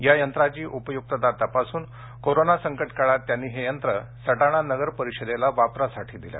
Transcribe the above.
या यंत्राची उपयुक्तता तपासून कोरोना संकट काळात त्यांनी हे यंत्र सटाणा नगरपरिषदेला वापरासाठी दिलं